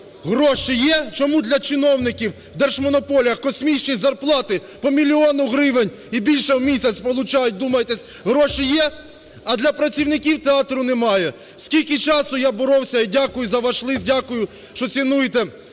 гроші є, чому для чиновників в держмонополіях космічні зарплати по мільйону гривень і більше в місяць получають, вдумайтесь, гроші є, а для працівників театру немає? Скільки часу я боровся і дякую за ваш лист, що цінуєте